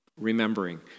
remembering